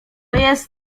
jest